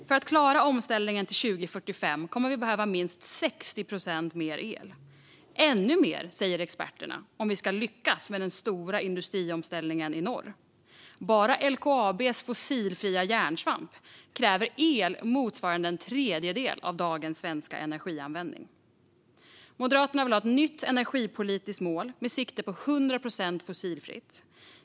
För att klara omställningen till 2045 kommer vi att behöva minst 60 procent mer el och ännu mer, säger experterna, om vi ska lyckas med den stora industriomställningen i norr. Bara LKAB:s fossilfria järnsvamp kräver el motsvarande en tredjedel av dagens svenska energianvändning. Moderaterna vill ha ett nytt energipolitiskt mål med sikte på 100 procent fossilfritt.